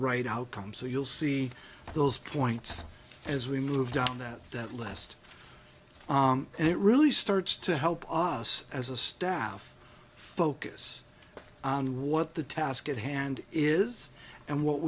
right outcome so you'll see those points as we move down that that last and it really starts to help us as a staff focus on what the task at hand is and what